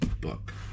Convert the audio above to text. book